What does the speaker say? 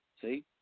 See